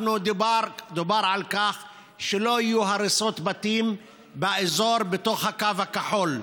דובר על כך שלא יהיו הריסות בתים באזור שבתוך הקו הכחול.